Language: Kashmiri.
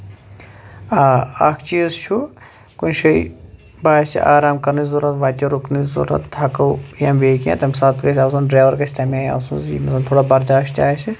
آ اکھ چیٖز چھُ کُنہِ جایہِ باسہِ آرام کَرنٕچ ضروٗرت وَتہِ رُکنٕچ ضرورت تھکو یا بیٚیہِ کیٚنٛہہ تَمہِ ساتہٕ گژھِ آسُن ڈریور گژھِ تَمہِ آیہِ آسُن کہِ زِ یِمِس زَن تھوڑا برداشت تہِ آسہِ